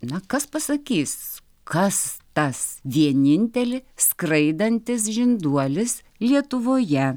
na kas pasakys kas tas vieninteli skraidantis žinduolis lietuvoje